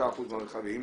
25% מהרכבים,